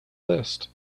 list